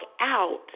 out